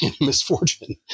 misfortune